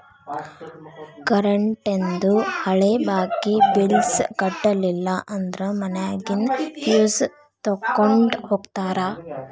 ಕರೆಂಟೇಂದು ಹಳೆ ಬಾಕಿ ಬಿಲ್ಸ್ ಕಟ್ಟಲಿಲ್ಲ ಅಂದ್ರ ಮನ್ಯಾಗಿನ್ ಫ್ಯೂಸ್ ತೊಕ್ಕೊಂಡ್ ಹೋಗ್ತಾರಾ